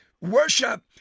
worship